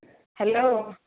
hello